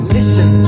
Listen